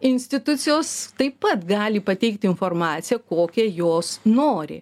institucijos taip pat gali pateikti informaciją kokią jos nori